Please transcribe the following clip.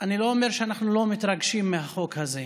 אני לא אומר שאנחנו לא מתרגשים מהחוק הזה,